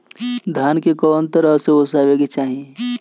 धान के कउन तरह से ओसावे के चाही?